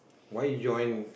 why join